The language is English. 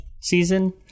season